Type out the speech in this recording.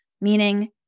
meaning